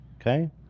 okay